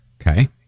Okay